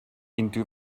into